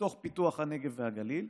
לתוך פיתוח הנגב והגליל,